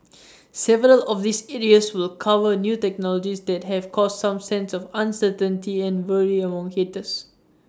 several of these areas will cover new technologies that have caused some sense of uncertainty and worry among hitters